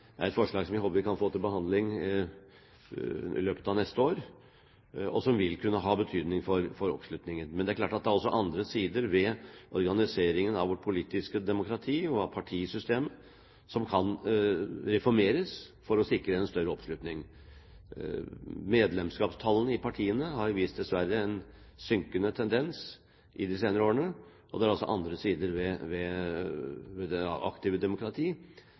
er et forslag som jeg håper vi kan få til behandling i løpet av neste år, og som vil kunne ha betydning for oppslutningen. Men det er klart at det er andre sider ved organiseringen av vårt politiske demokrati og av partisystemer som kan reformeres for å sikre en større oppslutning. Medlemskapstallene i partiene har dessverre vist en synkende tendens de senere årene. Det er også andre sider ved det aktive demokrati